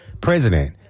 president